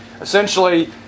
Essentially